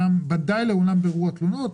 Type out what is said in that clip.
ודאי לעולם בירור התלונות.